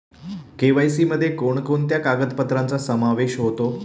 KYC मध्ये कोणकोणत्या कागदपत्रांचा समावेश होतो?